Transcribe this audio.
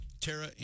Tara